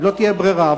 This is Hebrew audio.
אם לא תהיה ברירה,